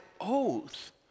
oath